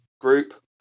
group